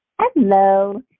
Hello